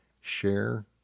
share